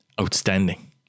Outstanding